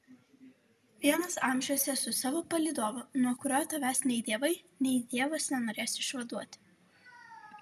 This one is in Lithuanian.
vienas amžiuose su savo palydovu nuo kurio tavęs nei dievai nei dievas nenorės išvaduoti